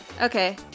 Okay